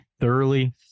thoroughly